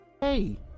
Hey